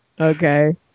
Okay